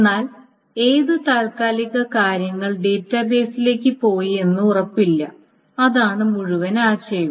എന്നാൽ ഏത് താൽക്കാലിക കാര്യങ്ങൾ ഡാറ്റാബേസിലേക്ക് പോയി എന്ന് ഉറപ്പില്ല അതാണ് മുഴുവൻ ആശയവും